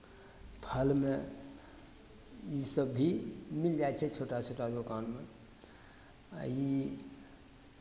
फलमे इसभ भी मिल जाइ छै छोटा छोटा दोकानमे आ ई